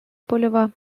польова